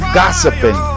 gossiping